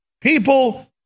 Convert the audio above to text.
People